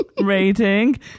rating